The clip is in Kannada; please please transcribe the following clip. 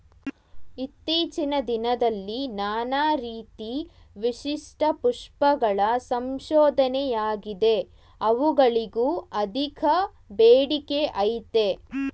ಇತ್ತೀಚಿನ ದಿನದಲ್ಲಿ ನಾನಾ ರೀತಿ ವಿಶಿಷ್ಟ ಪುಷ್ಪಗಳ ಸಂಶೋಧನೆಯಾಗಿದೆ ಅವುಗಳಿಗೂ ಅಧಿಕ ಬೇಡಿಕೆಅಯ್ತೆ